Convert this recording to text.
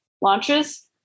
launches